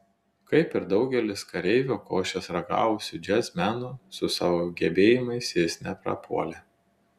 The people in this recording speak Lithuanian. kaip ir daugelis kareivio košės ragavusių džiazmenų su savo gebėjimais jis neprapuolė